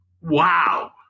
wow